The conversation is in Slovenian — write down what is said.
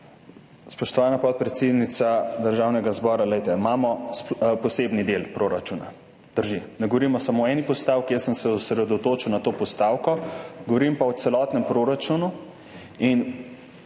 Spoštovana podpredsednica Državnega zbora, glejte, imamo posebni del proračuna, drži? Ne govorimo samo o eni postavki. Jaz sem se osredotočil na to postavko, govorim pa o celotnem proračunu in